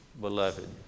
Beloved